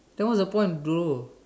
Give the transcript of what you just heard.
then what's the point of do